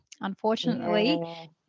unfortunately